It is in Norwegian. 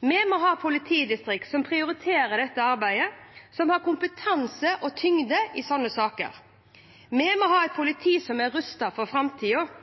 Vi må ha politidistrikter som prioriterer dette arbeidet, som har kompetanse og tyngde i slike saker. Vi må ha et politi som er rustet for